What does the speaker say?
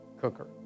cooker